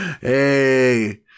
Hey